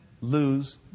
lose